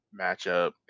matchup